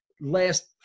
last